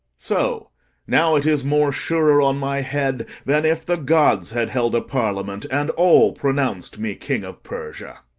so now it is more surer on my head than if the gods had held a parliament, and all pronounc'd me king of persia.